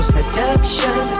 Seduction